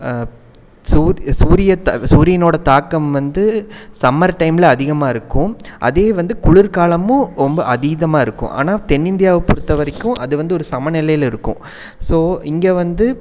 சூ சூரிய தா சூரியனோடய தாக்கம் வந்து சம்மர் டைமில் அதிகமாயிருக்கும் அதே வந்து குளிர்காலமும் ரொம்ப அதீதமாகருக்கும் ஆனால் தென்னிந்தியாவை பொறுத்த வரைக்கும் அது வந்து ஒரு சம நிலையில் இருக்கும் ஸோ இங்கே வந்து